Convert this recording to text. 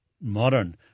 modern